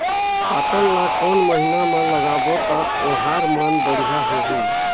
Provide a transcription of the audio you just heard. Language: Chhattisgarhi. पातल ला कोन महीना मा लगाबो ता ओहार मान बेडिया होही?